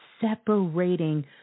separating